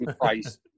price